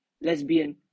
lesbian